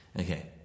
Okay